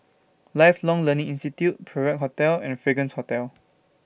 Lifelong Learning Institute Perak Hotel and Fragrance Hotel